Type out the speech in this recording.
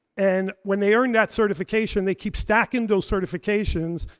and when they earn that certification they keep stacking those certifications,